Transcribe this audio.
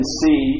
see